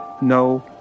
no